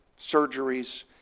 surgeries